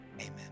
amen